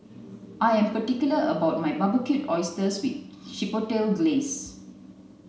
I am particular about my Barbecued Oysters with Chipotle Glaze